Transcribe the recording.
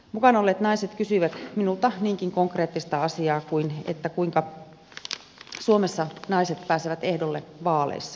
mukana olleet naiset kysyivät minulta niinkin konkreettista asiaa kuin sitä kuinka suomessa naiset pääsevät ehdolle vaaleissa